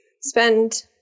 spend –